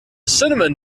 cinnamon